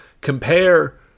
compare